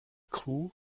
crew